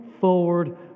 forward